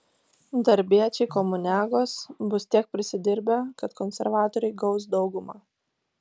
darbiečiai komuniagos bus tiek prisidirbę kad konservatoriai gaus daugumą